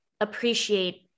appreciate